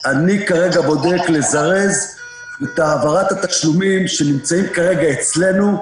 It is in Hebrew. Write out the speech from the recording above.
בודק לזרז את העברת התשלומים שנמצאים כרגע אצלנו,